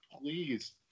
please